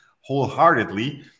wholeheartedly